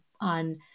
on